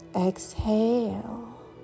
Exhale